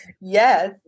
Yes